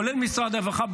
כולל משרד הרווחה,